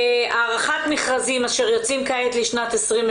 הארכת מכרזים אשר יוצאים כעת בשנת 2020,